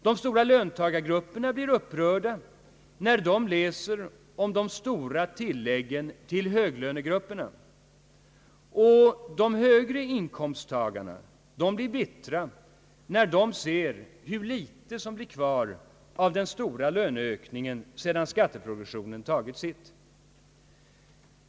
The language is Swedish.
De stora löntagargrupperna blir upprörda när de läser om de stora tilläggen till höglönegrupperna. De högre inkomsttagarna blir bittra när de ser hur litet som blir kvar av den stora löneökningen sedan skatteprogressionen tagit sitt.